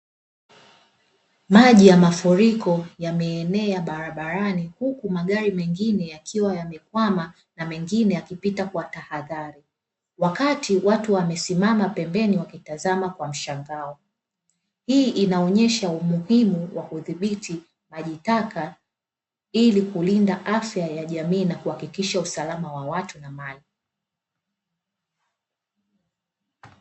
Maji ya mafuriko yameenea barabarani huku magari mengine yakiwa yamekwama na mingine yakipita kwa taadhari. Wakati watu wamesimama pembeni wakitazama kwa mshangao. Hii inaonyesha umuhimu wa kudhibiti maji taka ili kulinda afya ya jamii na kuhakikisha usalama wa watu na mali.